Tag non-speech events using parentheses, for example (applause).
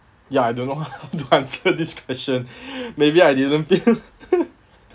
ya I don't know how to answer this question (breath) maybe I didn't feel (laughs)